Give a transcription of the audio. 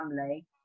family